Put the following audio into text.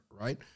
Right